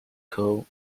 cummings